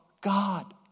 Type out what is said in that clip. God